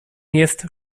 jest